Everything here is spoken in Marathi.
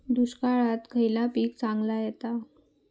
दुष्काळात खयला पीक चांगला येता?